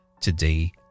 Today